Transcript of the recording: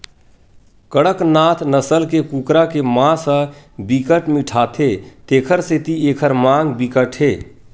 कड़कनाथ नसल के कुकरा के मांस ह बिकट मिठाथे तेखर सेती एखर मांग बिकट हे